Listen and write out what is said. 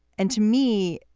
and to me,